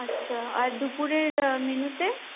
আচ্ছা আর দুপুরের মেনুতে